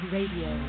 Radio